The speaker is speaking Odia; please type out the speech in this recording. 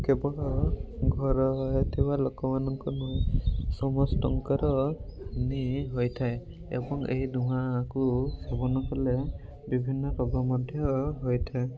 କେବଳ ଘରେ ରହୁଥିବା ଲୋକମାନଙ୍କୁ ନୁହଁ ସମସ୍ତଙ୍କର ହାନି ହୋଇଥାଏ ଏବଂ ଏହି ଧୂଆଁକୁ ସେବନ କଲେ ବିଭିନ୍ନ ରୋଗ ମଧ୍ୟ ହୋଇଥାଏ